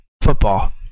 football